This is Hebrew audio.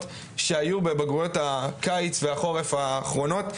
שהיו בבגרויות הקיץ והחורף האחרונות,